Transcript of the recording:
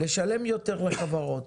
לשלם יותר לחברות.